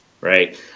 right